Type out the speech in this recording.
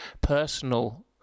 personal